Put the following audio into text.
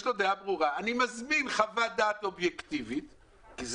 אני מזמין חוות דעת אובייקטיבית כי אני